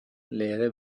lege